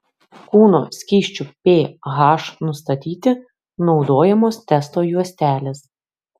kūno skysčių ph nustatyti naudojamos testo juostelės